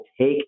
take